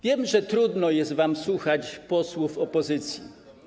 Wiem, że trudno jest wam słuchać posłów opozycji.